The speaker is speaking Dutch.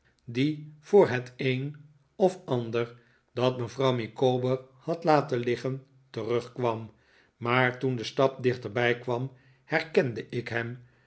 die voor het een of ander dat mevrouw micawber had laten liggen terugkwam maar toen de stap dichterbij kwam herkende ik hem